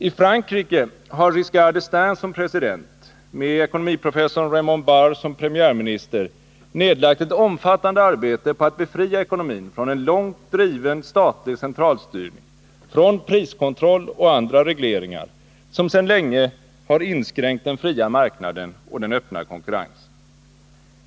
I Frankrike har Giscard d"Estaing som president, med ekonomiprofessorn Raymond Barre som premiärminister, nedlagt ett omfattande arbete på att befria ekonomin från en långt driven statlig centralstyrning, från priskontroll och andra regleringar, som sedan länge har inskränkt den fria marknaden och den öppna konkurrensen.